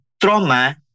trauma